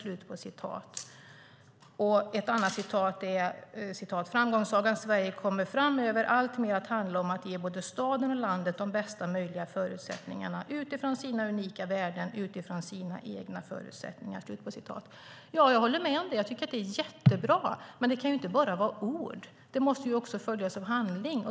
Vidare framgår det att statsrådet menar att framgångssagan Sverige framöver kommer att alltmer handla om att ge både staden och landet de bästa möjliga förutsättningarna utifrån sina unika värden och egna förutsättningar. Jag håller med om det. Det är bra. Men det kan inte bara vara fråga om ord, utan det måste också följas av handling.